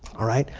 all right?